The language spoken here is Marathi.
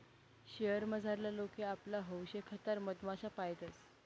शयेर मझारला लोके आपला हौशेखातर मधमाश्या पायतंस